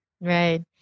Right